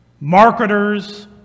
Marketers